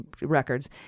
records